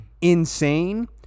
insane